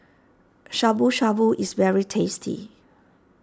Shabu Shabu is very tasty